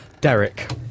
Derek